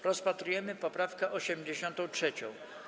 Rozpatrujemy poprawkę 83.